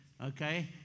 okay